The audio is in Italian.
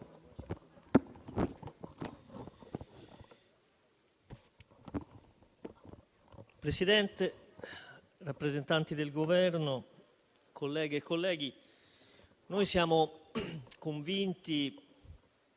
Presidente, rappresentanti del Governo, colleghe e colleghi, è già stato detto